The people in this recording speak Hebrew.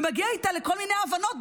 ומגיע איתה לכל מיני הבנות,